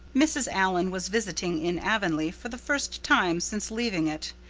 mrs. allan was visiting in avonlea, for the first time since leaving it.